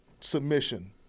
submission